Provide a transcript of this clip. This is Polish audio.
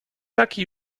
taki